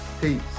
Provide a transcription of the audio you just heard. peace